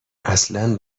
اصلا